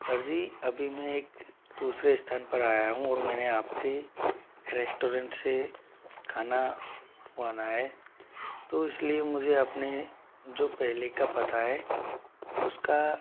sir ji अभी मैं एक दूसरे स्थान पर आया हूँ और मैंने आपके रेस्टोरेंट से खाना मंगवाना है तो इसलिए मुझे अपने जो पहले का पता है उसका